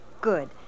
Good